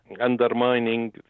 undermining